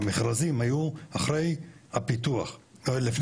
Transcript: המכרזים היו לפני הפיתוח